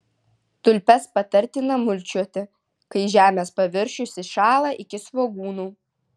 tulpes patartina mulčiuoti kai žemės paviršius įšąla iki svogūnų